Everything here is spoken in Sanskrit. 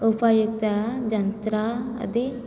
उपायुक्तयन्त्रादिः